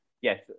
Yes